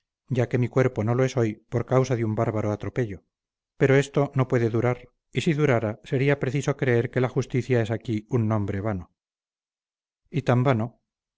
ya que mi cuerpo no lo es hoy por causa de un bárbaro atropello pero esto no puede durar y si durara sería preciso creer que la justicia es aquí un nombre vano y tan vano